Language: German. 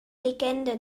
legende